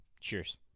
Cheers